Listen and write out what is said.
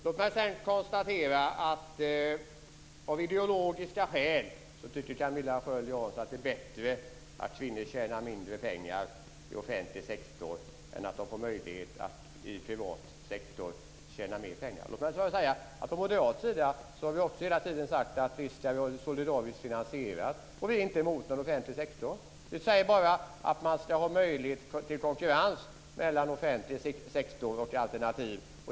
Låt mig sedan konstatera att Camilla Sköld Jansson av ideologiska skäl tycker att det är bättre att kvinnor tjänar mindre pengar i offentlig sektor än att de får möjlighet att tjäna mer pengar i privat sektor. Från moderat sida har vi också hela tiden sagt att vi visst ska ha solidarisk finansiering. Vi är inte heller emot någon offentlig sektor. Vi säger bara att man ska ha möjlighet till konkurrens mellan offentlig sektor och alternativ.